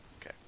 Okay